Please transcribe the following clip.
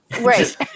Right